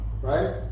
right